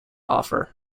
offer